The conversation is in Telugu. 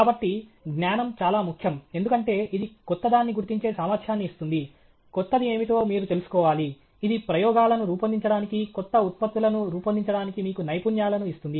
కాబట్టి జ్ఞానం చాలా ముఖ్యం ఎందుకంటే ఇది క్రొత్తదాన్ని గుర్తించే సామర్థ్యాన్ని ఇస్తుంది క్రొత్తది ఏమిటో మీరు తెలుసుకోవాలి ఇది ప్రయోగాలను రూపొందించడానికి క్రొత్త ఉత్పత్తులను రూపొందించడానికి మీకు నైపుణ్యాలను ఇస్తుంది